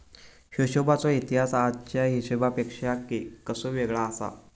हिशोबाचो इतिहास आजच्या हिशेबापेक्षा कसो वेगळो आसा?